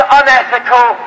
unethical